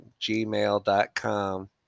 gmail.com